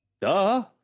duh